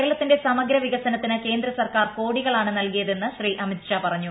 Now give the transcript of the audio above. കേരളത്തിന്റെ സമഗ്ര വികസനത്തിന് കേന്ദ്ര സർക്കാർ കോടികളാണ് നൽകിയത് എന്ന് ശ്രീ അമിത് ഷാ പറഞ്ഞു